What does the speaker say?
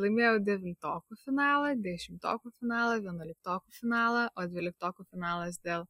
laimėjau devintokų finalą dešimtokų finalą vienuoliktokų finalą o dvyliktokų finalas dėl